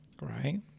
Right